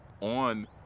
on